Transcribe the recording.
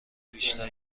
بیشتر